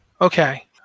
Okay